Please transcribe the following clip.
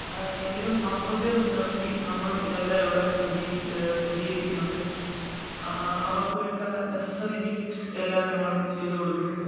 എങ്കിലും സമത്വത്തെ മുൻനിർത്തി നമ്മൾ ഇതെല്ലാം ഇവിടെ സജ്ജീകരിക്കുന്നുണ്ട് ആ അവർക്ക് വേണ്ട നെസസറി നീഡ്സ് എല്ലാം നമ്മൾ ചെയ്തു കൊടുക്കുന്നുണ്ട്